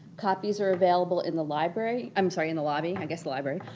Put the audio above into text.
copies are available in the library i'm sorry, in the lobby. i guess the library